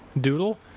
doodle